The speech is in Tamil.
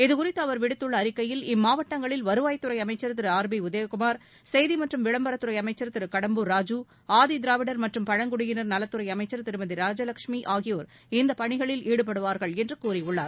இதுகுறித்து அவா் விடுத்துள்ள அறிக்கையில் இம்மாவட்டங்களில் வருவாய்த் துறை அமைச்சா் திரு ஆர் பி உதயகுமார் செய்தி மற்றும் விளம்பரத் துறை அமைச்சர் திரு கடம்பூர் ராஜூ ஆதிதிராவிடர் மற்றும் பழங்குடியினர் நலத்துறை அமைச்சர் திருமதி ராஜலட்சுமி ஆகியோர் இப்பணிகளில் ஈடுபடுவார்கள் என்று கூறியுள்ளார்